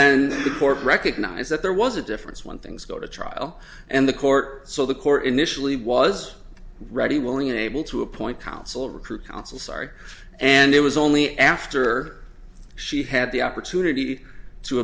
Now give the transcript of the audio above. then the court recognized that there was a difference when things go to trial and the court so the core initially was ready willing and able to appoint counsel recruit counsel sorry and it was only after she had the opportunity to